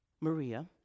Maria